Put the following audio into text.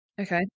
Okay